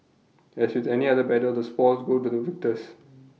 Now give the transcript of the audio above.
as with the any other battle the spoils go to the victors